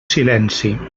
silenci